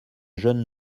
jeune